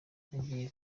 agiye